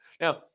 Now